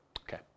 Okay